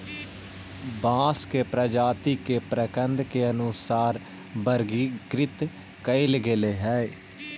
बांस के प्रजाती के प्रकन्द के अनुसार वर्गीकृत कईल गेले हई